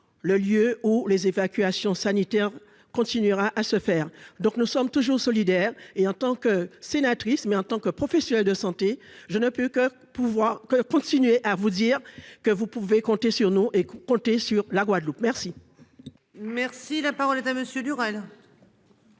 Le lieu où les évacuations sanitaires continuera à se faire. Donc nous sommes toujours solidaire et en tant que sénatrice. Mais en tant que professionnel de santé, je ne peux que pouvoir continuer à vous dire que vous pouvez compter sur nous et compter sur la Guadeloupe merci.